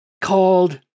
called